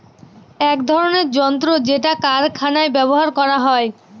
এক ধরনের যন্ত্র যেটা কারখানায় ব্যবহার করা হয়